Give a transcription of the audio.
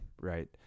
right